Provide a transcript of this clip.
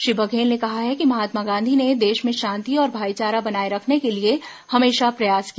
श्री बघेल ने कहा कि महात्मा गांधी ने देश में शांति और भाईचारा बनाए रखने के लिए हमेशा प्रयास किया